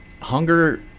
hunger